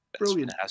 Brilliant